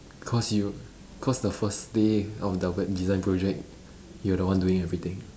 cause you cause the first day of the web design project you're the one doing everything